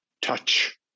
Touch